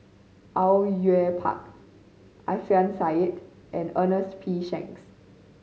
Au Yue Pak Alfian Sa'at and Ernest P Shanks